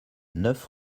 neuf